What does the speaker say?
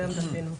זה עמדתנו.